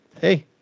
hey